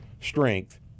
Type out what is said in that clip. Strength